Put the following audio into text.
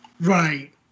Right